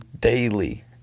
daily